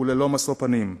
וללא משוא-פנים.